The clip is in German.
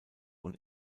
und